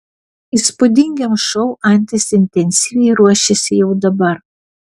įspūdingiems šou antis intensyviai ruošiasi jau dabar